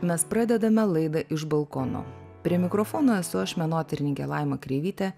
mes pradedame laidą iš balkono prie mikrofono esu aš menotyrininkė laima kreivytė